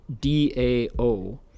D-A-O